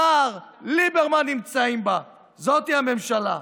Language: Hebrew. סער וליברמן נמצאים בה, זאת היא הממשלה,